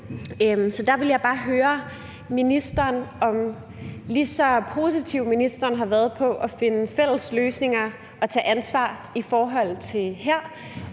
Så der vil jeg bare høre ministeren, om ministeren, lige så positiv han har været med hensyn til at finde fælles løsninger og tage ansvar i forhold til det